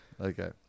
Okay